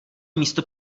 místo